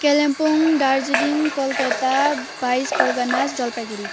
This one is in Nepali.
कालिम्पोङ दार्जिलिङ कलकत्ता बाइस परगना जलपाइगढी